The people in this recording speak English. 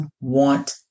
want